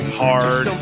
hard